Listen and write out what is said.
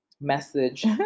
message